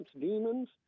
demons